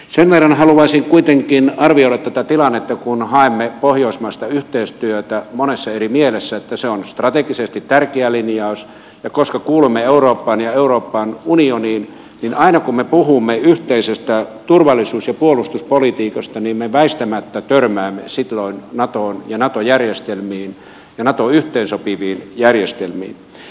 sen verran haluaisin kuitenkin arvioida tätä tilannetta kun haemme pohjoismaista yhteistyötä monessa eri mielessä että se on strategisesti tärkeä linjaus ja koska kuulumme eurooppaan ja euroopan unioniin niin aina kun me puhumme yhteisestä turvallisuus ja puolustuspolitiikasta me väistämättä törmäämme silloin natoon ja nato järjestelmiin ja nato yhteensopiviin järjestelmiin